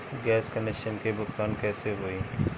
Gas connection के भुगतान कैसे होइ?